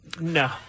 No